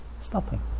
stopping